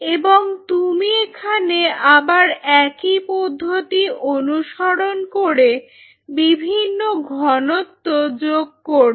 এবং তুমি এখানে আবার একই পদ্ধতি অনুসরণ করে বিভিন্ন ঘনত্ব যোগ করবে